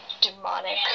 demonic